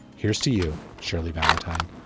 here's to you, shirley valentine.